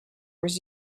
was